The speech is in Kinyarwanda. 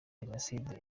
jenoside